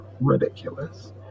Ridiculous